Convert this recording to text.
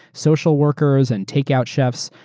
social workers, and take out chefs,